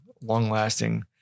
long-lasting